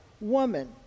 woman